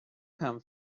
come